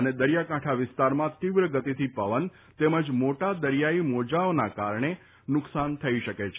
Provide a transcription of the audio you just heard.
અને દરિયાકાંઠા વિસ્તારમાં તીવ્ર ગતિથી પવન તેમજ મોટા દરિયાઇ મોજાઓના કારણે નુકસાન થઇ શકે છે